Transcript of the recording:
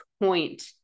point